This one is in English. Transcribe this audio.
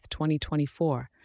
2024